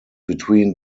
between